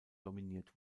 dominiert